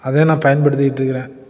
அதை நான் பயன்படுத்திகிட்ருக்குறேன்